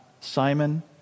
Simon